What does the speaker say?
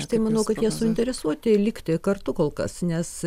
aš tai manau kad jie suinteresuoti likti kartu kol kas nes